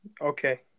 Okay